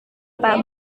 pak